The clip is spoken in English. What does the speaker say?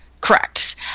Correct